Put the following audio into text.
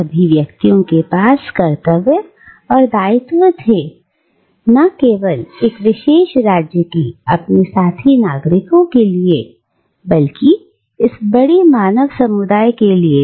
सभी व्यक्तियों के पास कर्तव्य और दायित्व थे ना केवल एक विशेष राज्य के अपने साथी नागरिकों के लिए बल्कि इस बड़ी मानव समुदाय के लिए भी